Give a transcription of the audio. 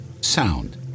sound